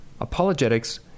Apologetics